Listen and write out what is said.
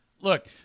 Look